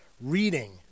reading